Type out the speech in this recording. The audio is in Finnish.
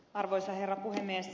arvoisa herra puhemies